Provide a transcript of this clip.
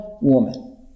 woman